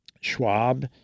Schwab